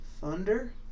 thunder